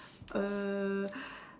err